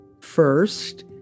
First